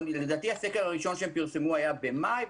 לדעתי, הסקר הראשון שהם פרסמו היה במאי.